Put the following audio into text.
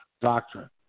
doctrine